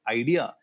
idea